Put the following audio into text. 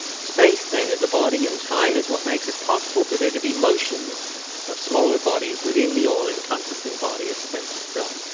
space then, is a body and time is what makes it possible for there to be motions of smaller bodies within the all-encompassing body of space itself.